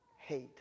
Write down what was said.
Hate